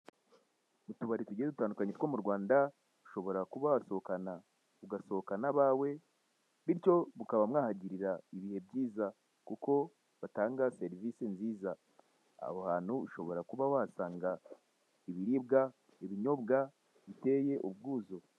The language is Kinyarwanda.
Utubari tugiye dutandukanye two mu Rwanda ushobora kuba wasohokana ugasohokana abawe bityo mu kaba mwahagirira ibihe byiza kuko batanga serivise nziza, aho hantu ushobora kuba wahasanga ibiribwa, ibinyobwa biteye ubwuzu.